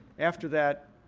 after that,